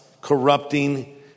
corrupting